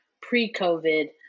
pre-COVID